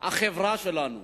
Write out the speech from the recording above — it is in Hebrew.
החברה שלנו.